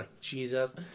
Jesus